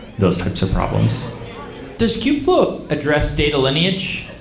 those types of problems does kubeflow address data lineage?